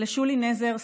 לשולי נזר,